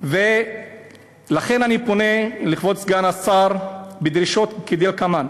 לכן אני פונה לכבוד סגן השר בדרישות כדלקמן: